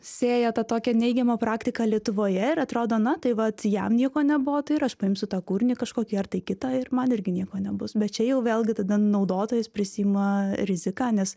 sėja tą tokią neigiamą praktiką lietuvoje ir atrodo na tai vat jam nieko nebuvo tai ir aš paimsiu tą kūrinį kažkokį kitą ir man irgi nieko nebus bet čia jau vėlgi tada naudotojas prisiima riziką nes